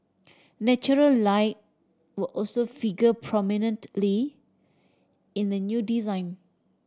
natural light will also figure prominently in the new design